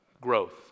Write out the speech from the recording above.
Growth